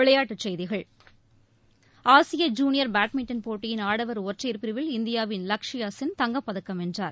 விளையாட்டுச் செய்திகள் ஆசிய ஜூனியர் பேட்மின்டன் போட்டியின் ஆடவர் ஒற்றையர் பிரிவில் இந்தியாவின் லக்ஷயா சென் தங்கப்பதக்கம் வென்றார்